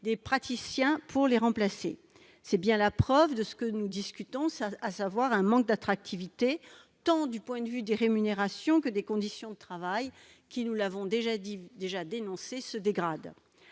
des praticiens pour les remplacer. C'est bien la preuve d'un manque d'attractivité, tant du point de vue des rémunérations que des conditions de travail, qui, nous l'avons déjà dénoncé, se dégradent.